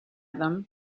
them